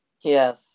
Yes